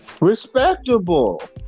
Respectable